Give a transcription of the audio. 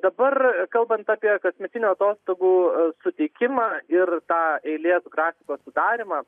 dabar kalbant apie kasmetinių atostogų suteikimą ir tą eilės grafiko sudarymą